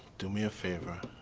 do me favor.